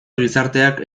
gizarteak